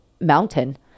mountain